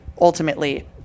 ultimately